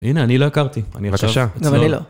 הנה, אני לא הכרתי. בבקשה. גם אני לא.